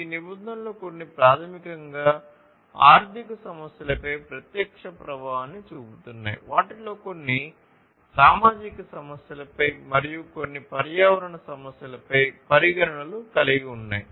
ఈ నిబంధనలలో కొన్ని ప్రాథమికంగా ఆర్థిక సమస్యలపై ప్రత్యక్ష ప్రభావాన్ని చూపుతున్నాయి వాటిలో కొన్ని సామాజిక సమస్యలపై మరియు కొన్ని పర్యావరణ సమస్యలపై పరిగణనలు కలిగి ఉన్నాయి